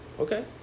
Okay